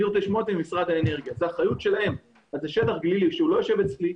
זה שטח גלילי שלא יושב אצלי,